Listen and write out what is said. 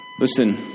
Listen